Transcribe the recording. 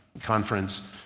conference